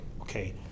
okay